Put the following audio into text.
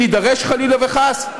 אם נידרש חלילה וחס?